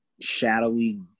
shadowy